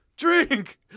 drink